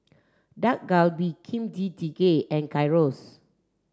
Dak Galbi Kimchi Jjigae and Gyros